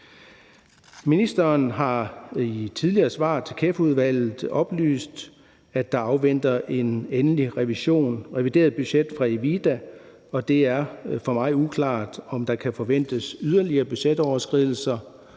Ministeren har i tidligere svar til Klima-, Energi- og Forsyningsudvalget oplyst, at der afventer en endelig revision, et revideret budget, fra Evida, og det er for mig uklart, om der kan forventes yderligere budgetoverskridelser,